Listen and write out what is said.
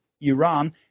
Iran